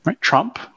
trump